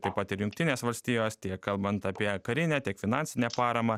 taip pat ir jungtinės valstijos tiek kalbant apie karinę tiek finansinę paramą